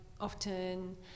often